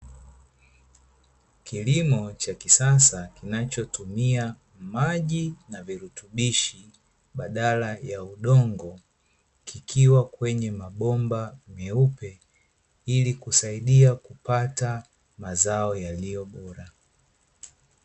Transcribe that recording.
Kilimo cha kisasa kinachotumia maji na virutubishi badala ya udongo, kikiwa kwenye mabomba meupe ili kusaidia kupata mazao yaliyo bora.